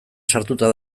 sartuta